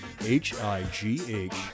H-I-G-H